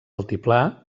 altiplà